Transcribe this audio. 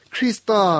Krista